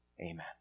Amen